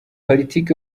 politiki